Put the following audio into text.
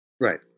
right